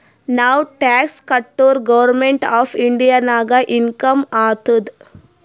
ನಾವ್ ಟ್ಯಾಕ್ಸ್ ಕಟುರ್ government of ಇಂಡಿಯಾಗ ಇನ್ಕಮ್ ಆತ್ತುದ್